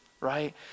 right